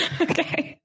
okay